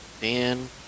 Dan